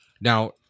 now